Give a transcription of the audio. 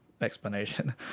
explanation